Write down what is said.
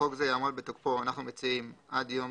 חוק זה יעמוד בתוקפו אנחנו מציעים עד יום